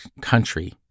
country